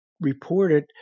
reported